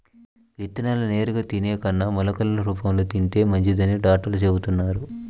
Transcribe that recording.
విత్తనాలను నేరుగా తినే కన్నా మొలకలు రూపంలో తింటే మంచిదని డాక్టర్లు చెబుతున్నారు